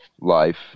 life